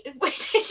Wait